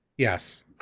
yes